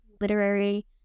literary